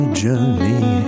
journey